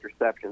interceptions